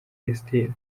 esiteri